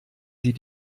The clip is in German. sie